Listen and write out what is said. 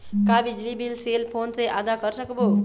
का बिजली bill cell phone से आदा कर सकबो?